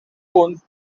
punts